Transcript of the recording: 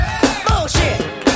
bullshit